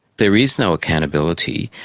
there is no accountability.